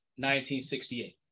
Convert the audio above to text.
1968